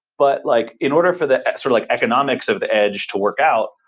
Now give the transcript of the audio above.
but like in order for the extra like economics of the edge to work out,